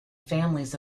families